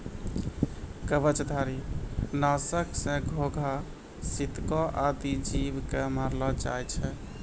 कवचधारी? नासक सँ घोघा, सितको आदि जीव क मारलो जाय छै